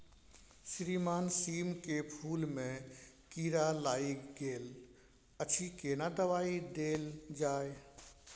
श्रीमान सीम के फूल में कीरा लाईग गेल अछि केना दवाई देल जाय?